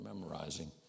memorizing